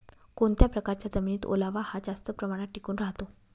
कोणत्या प्रकारच्या जमिनीत ओलावा हा जास्त प्रमाणात टिकून राहतो?